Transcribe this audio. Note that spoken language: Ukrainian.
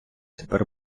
тепер